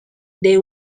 they